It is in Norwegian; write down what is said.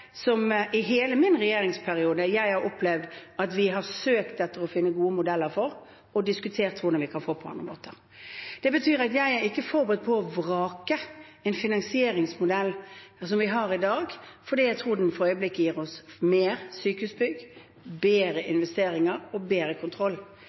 som jeg i hele min regjeringsperiode har opplevd at vi har søkt etter å finne gode modeller for og diskutert hvordan vi kan få på andre måter. Det betyr at jeg ikke er forberedt på å vrake den finansieringsmodellen vi har, i dag, for jeg tror den for øyeblikket gir oss mer sykehusbygg, bedre